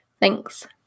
Thanks